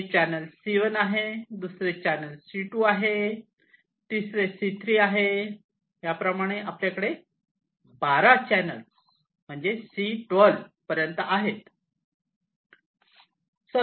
हे channel C1 आहे दुसरे चॅनल C2 आहे तिसरे C3 आहे याप्रमाणे आपल्याकडे 12 चॅनल C12 पर्यंत आहे